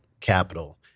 capital